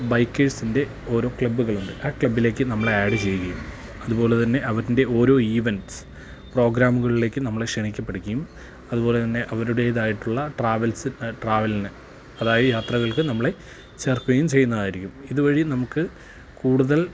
ബൈക്കേഴ്സിൻ്റെ ഓരോ ക്ലബ്ബുകൾ ഉണ്ട് ആ ക്ലബ്ബിലേക്ക് നമ്മളെ ആഡ് ചെയ്യുകയും അതുപോലെ തന്നെ അവരുടെ ഓരോ ഈവൻസ് പ്രോഗ്രാമുകളിലേക്ക് നമ്മളെ ക്ഷണിക്കപ്പെടുകയും അതുപോലെ തന്നെ അവരുടേതായിട്ടുള്ള ട്രാവൽസ് ട്രാവലിന് അതായത് യാത്രകൾക്ക് നമ്മളെ ചേർക്കുകയും ചെയ്യുന്നതായിരിക്കും ഇതുവഴി നമുക്ക് കൂടുതൽ